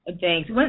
Thanks